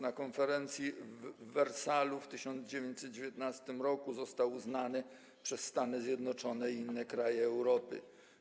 Na konferencji w Wersalu w 1919 r. został uznany przez Stany Zjednoczone i inne kraje Europy.